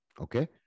Okay